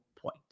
point